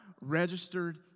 registered